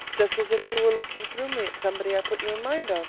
just as if you were looking through me at somebody i put you in mind of,